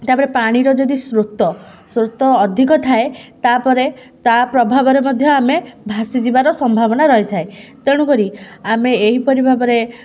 ତା'ପରେ ପାଣିର ଯଦି ସ୍ରୋତ ସ୍ରୋତ ଅଧିକ ଥାଏ ତା'ପରେ ତା ପ୍ରଭାବରେ ମଧ୍ୟ ଆମେ ଭାସିଯିବାର ସମ୍ଭାବନା ରହିଥାଏ ତେଣୁକରି ଆମେ ଏହି ପରି ଭାବରେ